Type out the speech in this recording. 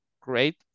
great